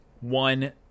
one